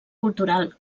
cultural